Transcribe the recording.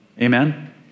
Amen